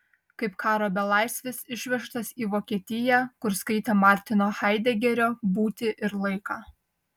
kaip karo belaisvis išvežtas į vokietiją kur skaitė martino haidegerio būtį ir laiką